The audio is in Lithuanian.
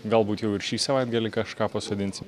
galbūt jau ir šį savaitgalį kažką pasodinsim